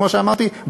כמו שאמרתי,